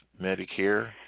Medicare